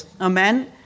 amen